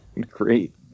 Great